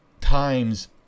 times